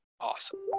Awesome